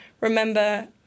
remember